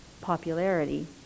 popularity